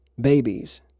Babies